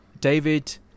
David